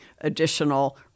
additional